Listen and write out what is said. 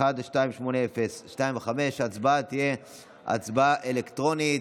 1280/25. ההצבעה תהיה הצבעה אלקטרונית.